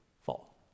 fall